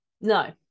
No